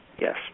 Yes